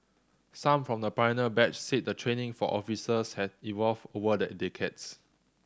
some from the pioneer batch said the training for officers has evolved over the in decades